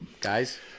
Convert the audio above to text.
Guys